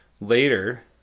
later